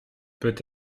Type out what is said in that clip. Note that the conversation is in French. peut